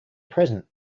present